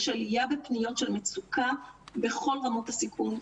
יש עלייה בפניות של מצוקה בכל רמות הסיכון,